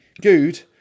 Good